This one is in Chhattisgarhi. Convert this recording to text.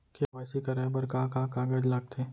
के.वाई.सी कराये बर का का कागज लागथे?